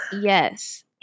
Yes